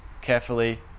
carefully